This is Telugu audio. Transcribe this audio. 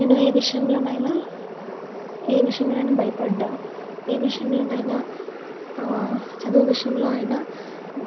నేను ఏ విషయంలోనైనా ఏ విషయంలోనైనా భయపడ్డా ఏ విషయంలోనైనా చదువు విషయంలో అయినా